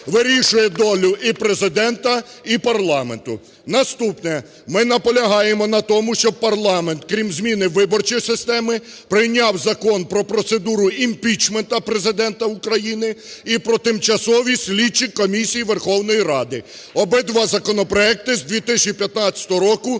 вирішує долю і Президента, і парламенту. Наступне. Ми наполягаємо на тому, щоб парламент, крім зміни виборчої системи, прийняв закон про процедуру імпічменту Президента України і про тимчасові слідчі комісії Верховної Ради. Обидва законопроекти з 2015 року